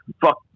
Fuck